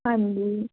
ਹਾਂਜੀ